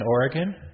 Oregon